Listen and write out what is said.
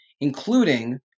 including